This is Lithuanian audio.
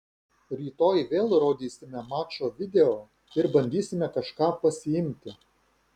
rytoj vėl rodysime mačo video ir bandysime kažką pasiimti